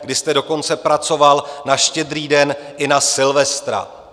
Vy jste dokonce pracoval na Štědrý den i na Silvestra.